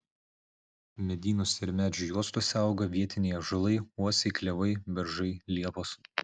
medynuose ir medžių juostose auga vietiniai ąžuolai uosiai klevai beržai liepos